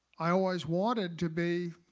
i always wanted to be